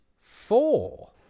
four